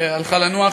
שהלכה לנוח.